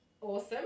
awesome